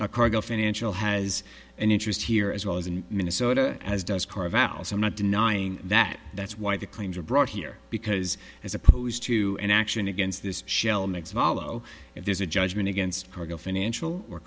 a cargo financial has an interest here as well as in minnesota as does i'm not denying that that's why the claims are brought here because as opposed to an action against this shell next follow if there's a judgment against cargill financial or